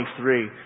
23